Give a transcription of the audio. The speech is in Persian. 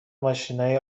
ماشینای